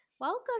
Welcome